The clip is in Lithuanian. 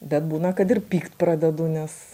bet būna kad ir pykt pradedu nes